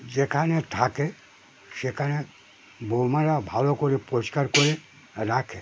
যেখানে থাকে সেখানে বৌমারা ভালো করে পরিষ্কার করে রাখে